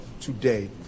today